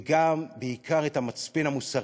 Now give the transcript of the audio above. וגם, בעיקר, את המצפן המוסרי,